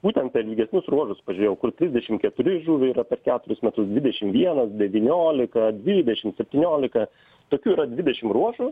būtent per ilgesnius ruožus pažiūrėjau kur trisdešim keturi žuvę yra per keturis metus dvidešim vienas devyniolika dvidešim septyniolika tokių yra dvidešim ruožų